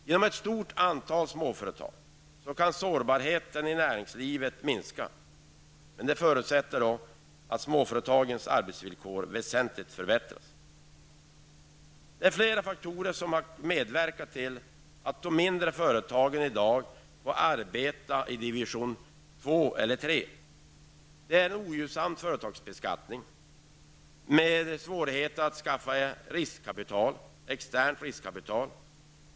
Genom ett stort antal småföretag kan sårbarheten i näringslivet minskas. Men det förutsätter att småföretagens arbetsvillkor väsentligt förbättras. Det är flera faktorer som har medverkat till att de mindre företagen i dag får arbeta i division 2 eller 3. Vi har en ogynnsam företagsbeskattning, med svårigheter att skaffa externt riskkapital.